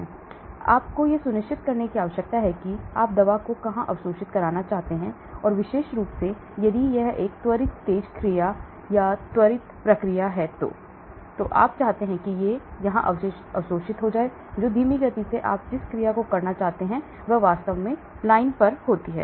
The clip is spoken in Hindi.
इसलिए आपको यह सुनिश्चित करने की आवश्यकता है कि आप दवा को कहाँ अवशोषित करना चाहते हैं और विशेष रूप से यदि यह एक त्वरित तेज़ क्रिया या त्वरित क्रिया है जो आप चाहते हैं कि यह यहाँ अवशोषित हो जाए तो धीमी गति से आप जिस क्रिया को करना चाहते हैं वह वास्तव में लाइन पर होती है